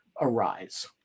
arise